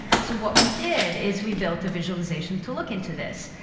so what we did is we built a visualization to look into this.